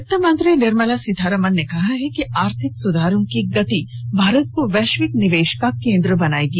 वित्तमंत्री निर्मला सीतारामन ने कहा है कि आर्थिक सुधारों की गति भारत को वैश्विक निवेश का केंद्र बनायेगी